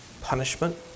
punishment